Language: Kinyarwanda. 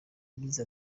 yagize